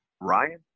Ryan